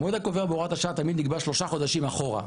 המועד הקובע בהוראת השעה תמיד נקבע שלושה חודשים אחורה,